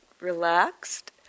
relaxed